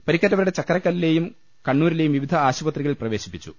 പരിക്കേറ്റവരെ ചക്കരക്കല്ലിലെയും കണ്ണൂരിലെയും വിവിധ ആശുപത്രികളിൽ പ്രവേശിപ്പിച്ചു